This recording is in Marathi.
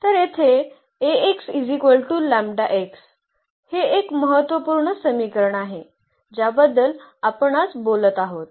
तर येथे हे एक महत्त्वपूर्ण समीकरण आहे ज्याबद्दल आपण आज बोलत आहोत